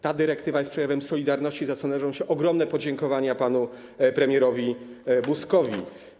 Ta dyrektywa jest przejawem solidarności, za co należą się ogromne podziękowania panu premierowi Buzkowi.